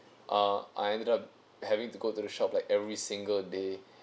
uh I ended up having to go to the shop like every single day